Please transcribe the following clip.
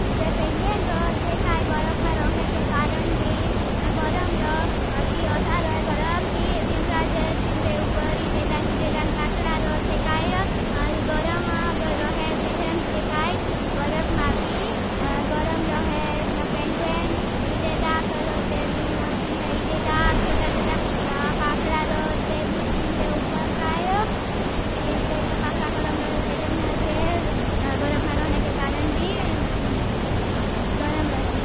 पेंग्वेन बरप में रोहने के कारण भी गर्म रोह। की ओसा रोह गर्म, की इदे डांग पाखडा रोह चे। काई गर्म रोह तेरें चे। काई बरप मां भी गर्म रोह। पेंग्वेन बरप में रोह चे काई गर्म रोह चे। काई बरप मां भी गर्म रोह चे काई बरप मां भी गर्म रोह।